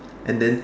and then